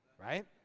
right